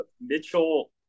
Mitchell